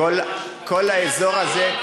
כל האזור הזה.